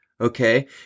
okay